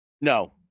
No